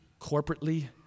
corporately